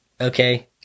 Okay